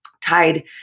tied